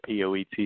POET